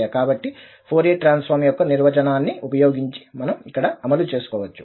కాబట్టి Fourier transform యొక్క నిర్వచనాన్ని ఉపయోగించి మనం ఇక్కడ అమలు చేసుకోవచ్చు